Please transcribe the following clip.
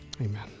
amen